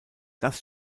das